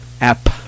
app